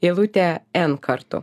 eilutę n kartų